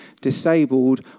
disabled